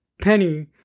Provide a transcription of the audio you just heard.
Penny